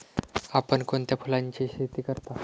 आपण कोणत्या फुलांची शेती करता?